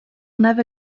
never